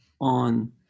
on